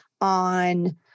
on